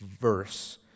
verse